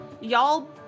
Y'all